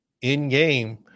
in-game –